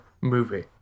movie